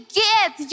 get